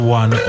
one